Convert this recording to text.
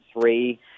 three